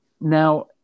Now